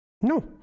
No